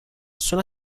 sono